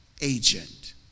agent